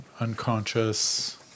Unconscious